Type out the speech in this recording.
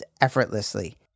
effortlessly